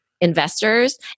investors